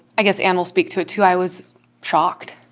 i guess anne will speak to it, too. i was shocked.